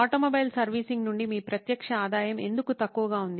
automobile servicing నుండి మీ ప్రత్యక్ష ఆదాయం ఎందుకు తక్కువగా ఉంది